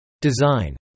Design